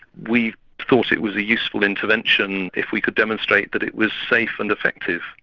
we thought it was a useful intervention if we could demonstrate that it was safe and effective.